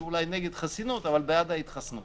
הוא אולי נגד חסינות אבל בעד ההתחסנות.